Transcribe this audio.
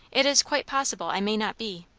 it is quite possible i may not be!